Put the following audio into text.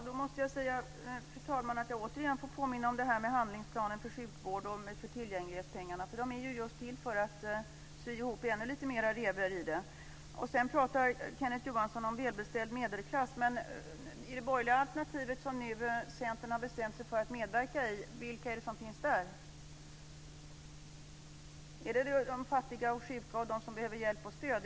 Fru talman! Återigen får jag påminna om handlingsplanen för sjukvård och tillgänglighetspengarna. De är just till för att sy ihop ännu fler revor. Kenneth Johansson talar om en välbeställd medelklass. Men vilka är det som finns i det borgerliga alternativet, som Centern nu har bestämt sig för att medverka i? Är det de fattiga och sjuka och de som behöver hjälp och stöd?